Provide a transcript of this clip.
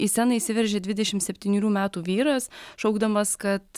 į sceną įsiveržė dvidešim septynerių metų vyras šaukdamas kad